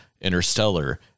Interstellar